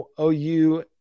OU